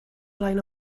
flaen